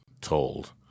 told